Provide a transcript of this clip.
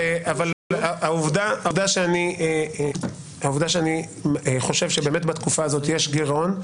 העובדה שאני חושב שבאמת בתקופה הזאת יש גירעון,